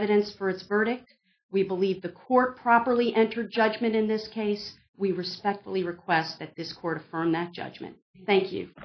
evidence for its verdict we believe the court properly entered judgment in this case we respectfully request that this court affirm that judgment thank you